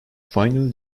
finally